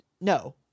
no